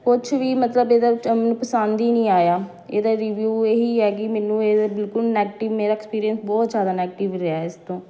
ਕੁਛ ਵੀ ਮਤਲਬ ਇਹਦੇ 'ਚ ਮੈਨੂੰ ਪਸੰਦ ਹੀ ਨਹੀਂ ਆਇਆ ਇਹਦਾ ਰਿਵਿਊ ਇਹ ਹੀ ਹੈ ਕਿ ਮੈਨੂੰ ਇਹ ਬਿਲਕੁਲ ਨੈਗਟਿਵ ਮੇਰਾ ਐਕਸਪੀਰੀਅੰਸ ਬਹੁਤ ਜ਼ਿਆਦਾ ਨੈਗਟਿਵ ਰਿਹਾ ਇਸ ਤੋਂ